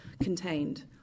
contained